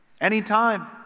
anytime